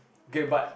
okay but